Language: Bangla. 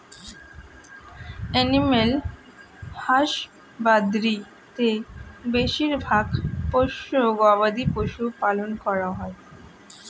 এনিম্যাল হাসবাদরী তে বেশিরভাগ পোষ্য গবাদি পশু পালন করা হয়